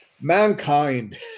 mankind